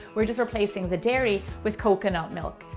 we're just replacing the dairy with coconut milk.